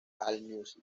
allmusic